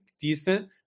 decent